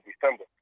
December